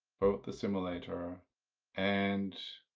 both the simulator and